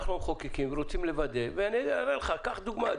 אנחנו המחוקקים ורוצים לוודא קח דוגמה,